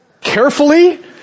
carefully